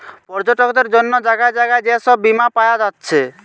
পর্যটকদের জন্যে জাগায় জাগায় যে সব বীমা পায়া যাচ্ছে